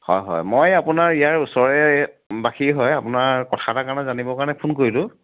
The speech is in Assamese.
হয় হয় মই আপোনাৰ ইয়াৰ ওচৰৰে বাসী হয় আপোনাৰ কথা এটাৰ কাৰণে জানিবৰ কাৰণে ফোন কৰিলোঁ